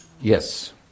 Yes